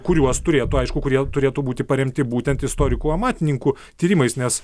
kuriuos turėtų aišku kurie turėtų būti paremti būtent istorikų amatininkų tyrimais nes